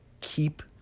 Keep